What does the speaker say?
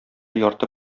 ярты